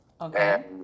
okay